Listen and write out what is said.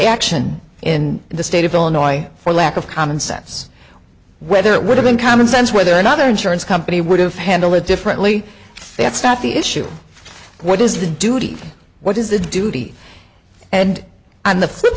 action in the state of illinois for lack of commonsense whether it would have in common sense whether or not their insurance company would have handled it differently that's not the issue what is the duty what is the duty and on the flip